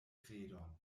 kredon